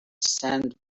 sand